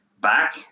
back